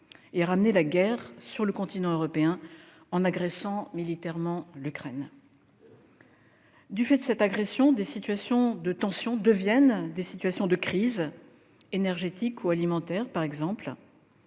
de ramener la guerre sur le continent européen. Du fait de cette agression, des situations de tension deviennent des situations de crises, énergétique ou alimentaire, par exemple,